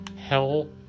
Hell